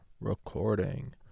recording